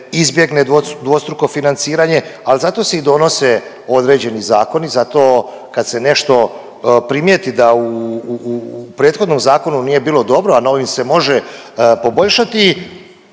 izbjegne dvostruko financiranje, ali zato se i donose određeni zakoni, zato kad se nešto primijeti da u prethodnom zakonu nije bilo dobro, a novim se može poboljšati